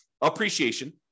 Appreciation